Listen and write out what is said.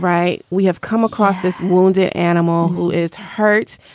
right. we have come across this wounded animal who is hurt.